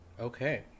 Okay